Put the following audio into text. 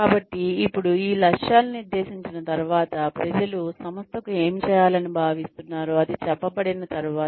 కాబట్టి ఇప్పుడు ఈ లక్ష్యాలను నిర్దేశించిన తర్వాత ప్రజలు సంస్థకు ఏమి చేయాలని భావిస్తున్నారో అది చెప్పబడిన తర్వాత